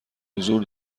حضور